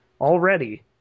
already